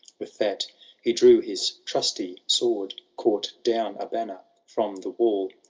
with that he drew his trusty sword. caught down a banner from the wall.